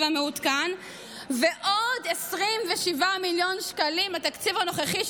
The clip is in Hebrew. המעודכן ועוד 27 מיליון שקלים בתקציב הנוכחי,